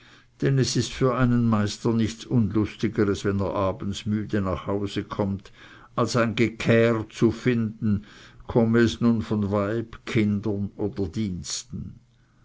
maßleidig es ist für einen meister nichts unlustigeres wenn er abends müde nach hause kömmt als ein gekähr zu finden komme es nun von weib kindern oder diensten